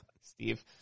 Steve